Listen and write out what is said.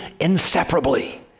inseparably